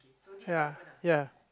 ya ya